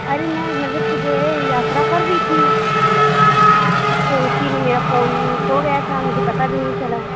ارے میں مطلب کہ جو ہے یاترا کر رہی تھی ہاں تو اُسی میں میرا فون کھو گیا تھا مجھے پتہ بھی نہیں چلا